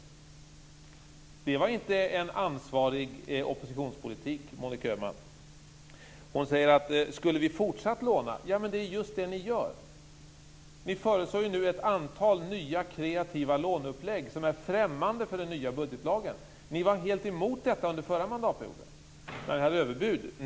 Det var inte en ansvarig oppositionspolitik, Hon säger: Skulle vi ha fortsatt att låna? Ja, men det är ju just det ni gör! Ni föreslår nu ett antal nya, kreativa låneupplägg som är främmande för den nya budgetlagen. Ni var helt emot detta under den förra mandatperioden. Då var det överbud.